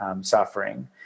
suffering